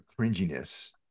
cringiness